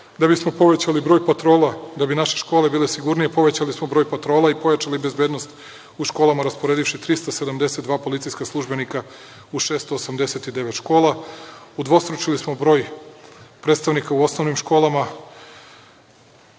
Da bi naše škole bile sigurnije, povećali smo broj patrola i pojačali bezbednost u školama rasporedivši 372 policijska službenika u 689 škola. Udvostručili smo broj predstavnika u osnovnim školama,